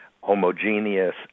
homogeneous